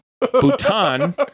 Bhutan